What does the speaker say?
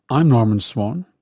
i'm norman swan,